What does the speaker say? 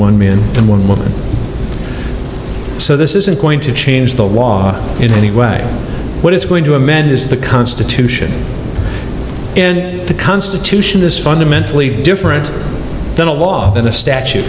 one man so this isn't going to change the law in any way what it's going to amend is the constitution and the constitution is fundamentally different than a law and a statu